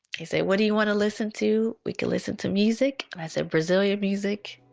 they say, what do you want to listen to? we can listen to music. i said brazilian music,